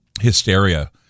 hysteria